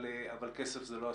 אבל כסף זה לא הסיפור.